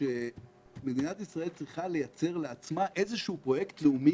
שמדינת ישראל צריכה לייצר לעצמה איזשהו פרויקט לאומי